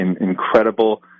incredible